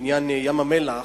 בעניין ים-המלח,